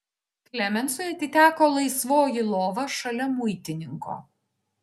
klemensui atiteko laisvoji lova šalia muitininko